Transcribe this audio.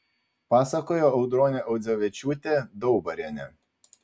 pasakojo audronė audzevičiūtė daubarienė